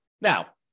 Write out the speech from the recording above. Now